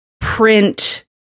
print